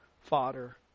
fodder